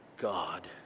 God